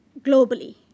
globally